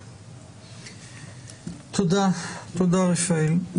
תודה, רפאל.